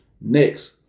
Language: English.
Next